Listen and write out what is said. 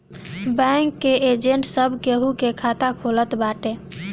bank के agent सब केहू के खाता खोलत बाटे